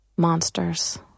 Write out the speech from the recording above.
monsters